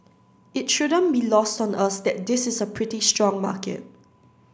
it shouldn't be lost on us that this is a pretty strong market